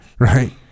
Right